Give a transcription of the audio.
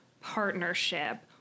partnership